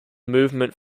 movement